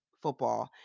football